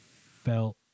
felt